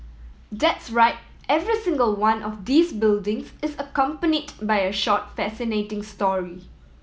that's right every single one of these buildings is accompanied by a short fascinating story